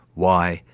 why,